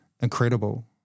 incredible